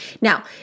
Now